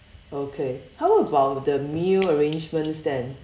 okay how about the meal arrangements then